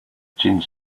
jeans